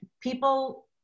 people